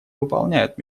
выполняют